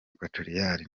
equatoriale